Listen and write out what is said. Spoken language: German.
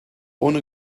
ohne